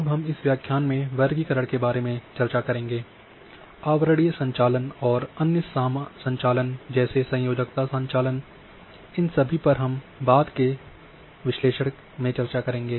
और हम इस व्याख्यान में वर्गीकरण के बारे में भी चर्चा करेंगे आवरणिय संचालन और अन्य संचालन जैसे संयोजकता संचालन इन सभी पर हम बाद में विश्लेषण के अंतर्गत चर्चा करेंगे